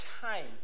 time